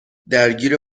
درگیر